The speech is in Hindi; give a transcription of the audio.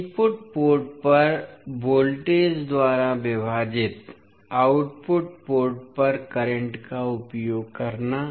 इनपुट पोर्ट पर वोल्टेज द्वारा विभाजित आउटपुट पोर्ट पर करंट का उपयोग करना